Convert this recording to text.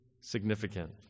significant